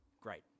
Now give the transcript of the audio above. Great